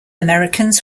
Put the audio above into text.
americans